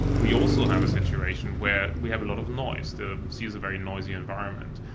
we also have a situation where we have a lot of noise. the sea is a very noisy environment,